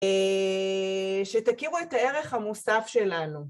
שתכירו את הערך המוסף שלנו.